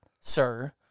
sir